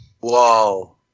Wow